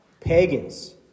Pagans